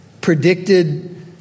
predicted